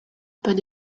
pas